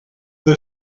the